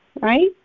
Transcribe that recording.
right